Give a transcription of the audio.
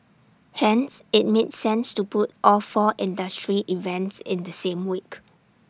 hence IT made sense to put all four industry events in the same week